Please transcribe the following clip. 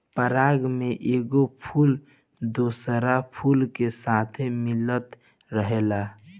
पराग में एगो फूल दोसरा फूल के साथे मिलत रहेला